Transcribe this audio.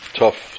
tough